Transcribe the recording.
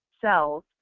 cells